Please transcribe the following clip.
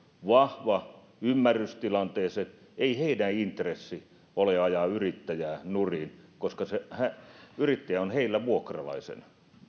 vahva ymmärrys tilanteesta ei heidän intressinsä ole ajaa yrittäjää nurin koska yrittäjä on heillä vuokralaisena